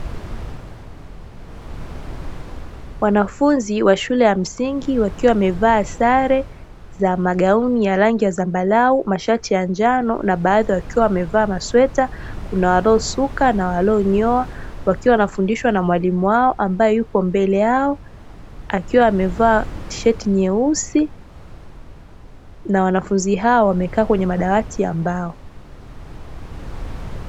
Wanafunzi wa shule ya msingi wakiwa wamevaa sare za magauni ya rangi ya zambarau, mashati ya njano na baadhi wakiwa wamevaa masweta, kuna waliosuka na walio nyoa wakiwa wanafundishwa na mwalimu wao ambae yupo mbele yao akiwa amevaa tisheti nyeusi na wanafunzi hao wamekaa kwenye madawati ya mbao.